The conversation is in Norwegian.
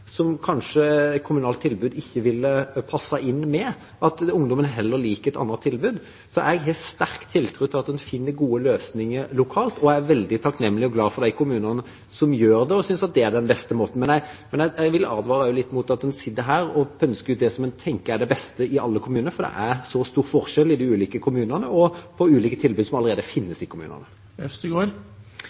tilbud kanskje ikke ville passet inn, at ungdommene heller liker et annet tilbud. Jeg har sterk tiltro til at en finner gode løsninger lokalt, og jeg er veldig takknemlig og glad for de kommunene som gjør det, og som synes det er den beste måten. Men jeg vil også advare litt mot at en sitter her og pønsker ut det som en tenker er det beste i alle kommuner, for det er stor forskjell i de ulike kommunene og på ulike tilbud som allerede finnes i kommunene.